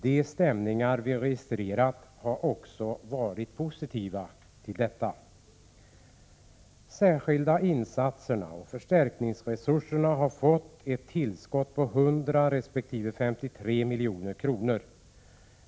De stämningar vi registrerat har också varit positiva därtill. Särskilda insatser och förstärkningsresursen får tillskott på 100 resp. 53 milj.kr.